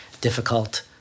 difficult